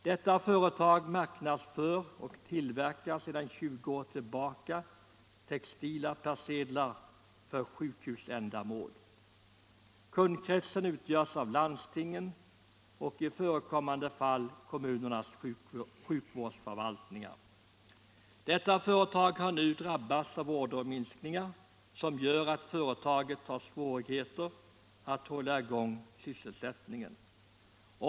Detta företag marknadsför och tillverkar sedan 20 år tillbaka textila persedlar för sjukhusändamål. Kundkretsen utgörs av landstingens och i förekommande fall kommunernas sjukvårdsförvaltningar. Detta företag har nu drabbats av orderminskningar, som gör att företaget har svårigheter att upprätthålla sysselsättningen.